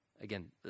Again